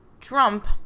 Trump